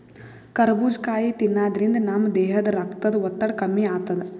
ಕರಬೂಜ್ ಕಾಯಿ ತಿನ್ನಾದ್ರಿನ್ದ ನಮ್ ದೇಹದ್ದ್ ರಕ್ತದ್ ಒತ್ತಡ ಕಮ್ಮಿ ಆತದ್